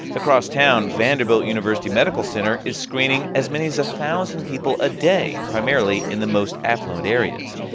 across town, vanderbilt university medical center is screening as many as a thousand people a day, primarily in the most affluent areas.